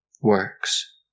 works